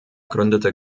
gründete